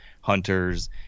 hunters